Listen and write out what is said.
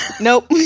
Nope